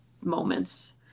moments